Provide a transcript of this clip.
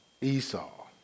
Esau